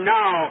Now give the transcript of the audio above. now